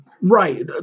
Right